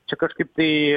čia kažkaip tai